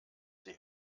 sie